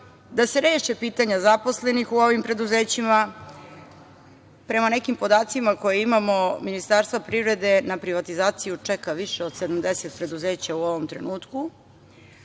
da se reše pitanja zaposlenih u ovim preduzećima. Prema nekim podacima koje imamo, Ministarstva privrede, na privatizaciju čega više od 70 preduzeća u ovom trenutku.